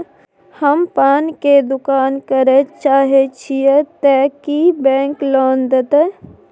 हम पान के दुकान करे चाहे छिये ते की बैंक लोन देतै?